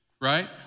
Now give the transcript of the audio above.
right